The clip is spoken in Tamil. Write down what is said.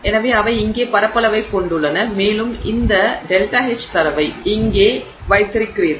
எனவே அவை இங்கே பரப்பளவைக் கொண்டுள்ளன மேலும் இந்த ΔH தரவை இங்கே வைத்திருக்கிறீர்கள்